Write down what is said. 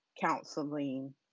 counseling